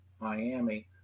Miami